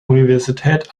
universität